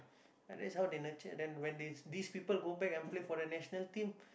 and thats how they nurture them when these people go back to play for the national team